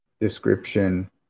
description